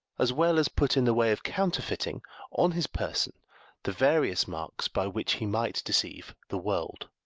as well as put in the way of counterfeiting on his person the various marks by which he might deceive the world.